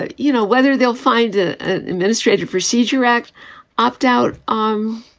ah you know, whether they'll find the administrative procedure act opt out. um